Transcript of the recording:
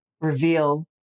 reveal